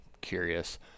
curious